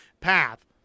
path